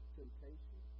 temptation